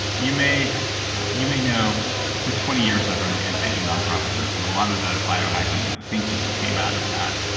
you may you may know for twenty years i've run an anti-aging nonprofit group, and a lot of the bio-hacking thinking came out of that.